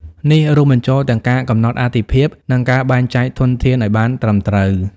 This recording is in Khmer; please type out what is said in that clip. នេះរួមបញ្ចូលទាំងការកំណត់អាទិភាព និងការបែងចែកធនធានឱ្យបានត្រឹមត្រូវ។